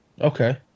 Okay